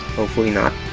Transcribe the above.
hopefully not.